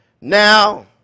Now